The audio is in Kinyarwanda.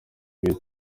bine